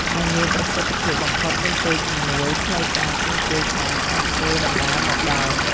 ដែលមានប្រសិទ្ធភាពបំផុតមុនពេលជំនួយផ្លូវការទ្រង់ទ្រាយធំអាចធ្វើដំណើរមកដល់។